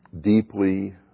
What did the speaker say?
deeply